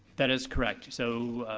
that is correct, so,